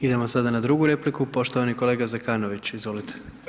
Idemo sada na drugu repliku, poštovani kolega Zekanović, izvolite.